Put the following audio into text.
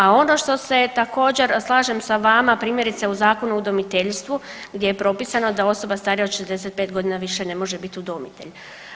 A ono što se također slažem sa vama, primjerice u Zakonu o udomiteljstvu gdje je propisano da osoba starija od 65.g. više ne može bit udomitelj.